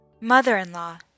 mother-in-law